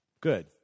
Good